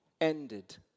ended